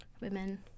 women